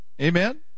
Amen